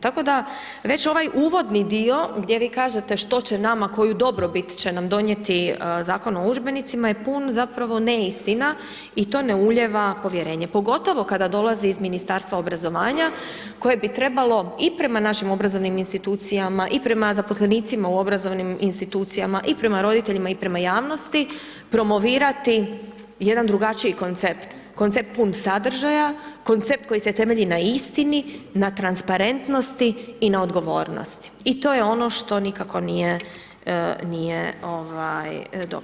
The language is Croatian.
Tako da, već ovaj uvodni dio, gdje vi kažete što će nama koju dobrobit će nam donijeti Zakon o udžbenicima je pun zapravo neistina i to ne ulijeva povjerenje, pogotovo kada dolazi iz Ministarstva obrazovanja, koje bi trebalo i prema našim obrazovnim institucijama, i prema zaposlenicima u obrazovnim institucijama, i prema roditeljima i prema javnosti, promovirati jedan drugačiji koncept, koncept pun sadržaja, koncept koji se temelji na istini, na transparentnosti i na odgovornost i to je ono što nikako nije dobro.